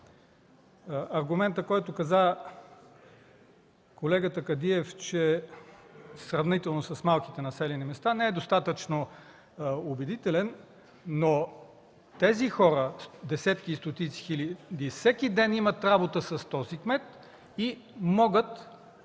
Аргументът на колегата Кадиев, сравнението с малките населени места – не е достатъчно убедителен, но тези хора, десетки и стотици хиляди, всеки ден имат работа с този кмет и могат